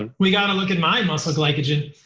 and we got to look at my muscle glycogen.